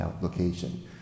location